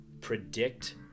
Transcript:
predict